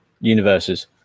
universes